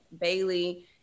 bailey